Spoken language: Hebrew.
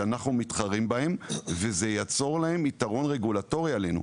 שזה ייצור להם יתרון רגולטורי עלינו.